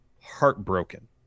heartbroken